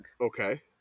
Okay